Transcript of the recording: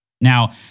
Now